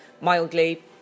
mildly